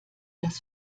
das